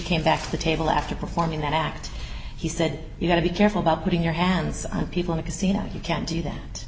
came back to the table after performing that act he said you gotta be careful about putting your hands on people in a casino you can't do that